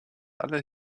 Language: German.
alle